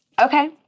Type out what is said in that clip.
Okay